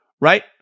right